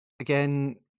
Again